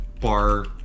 bar